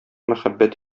мәхәббәт